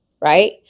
Right